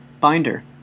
Binder